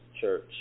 church